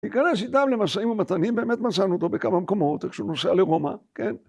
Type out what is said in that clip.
ניכנס איתם למשאים ומתנים, באמת מצאנו אותו בכמה מקומות כשהוא נוסע לרומא, כן.